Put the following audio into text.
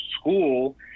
school